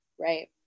Right